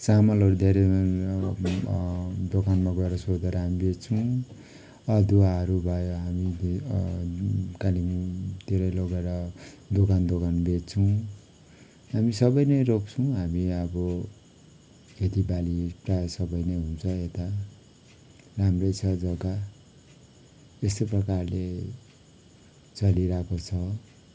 चामलहरू धेरै दोकानमा गएर सोधेर हामी बेच्छौँ अदुवाहरू भयो हामीले कालिम्पोङतिर लोगेर दोकान दोकान बेच्छौँ हामी सबै नै रोप्छौँ हामी अब खेती बाली प्रायः सबै नै हुन्छ यता राम्रै छ जग्गा यस्तै प्रकारले चलिरहेको छ